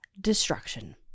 destruction